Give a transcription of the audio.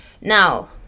now